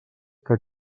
que